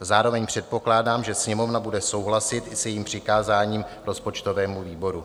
Zároveň předpokládám, že Sněmovna bude souhlasit i s jejím přikázáním rozpočtovému výboru.